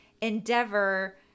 Endeavor